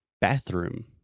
Bathroom